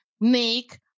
Make